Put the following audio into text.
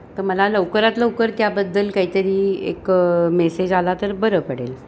तर मला लवकरात लवकर त्याबद्दल काहीतरी एक मेसेज आला तर बरं पडेल